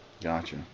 Gotcha